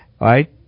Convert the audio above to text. right